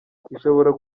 ushobora